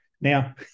Now